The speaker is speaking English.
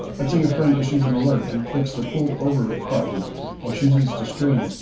let's say your friend issues an alert and clicks the pulled over button and chooses to stream.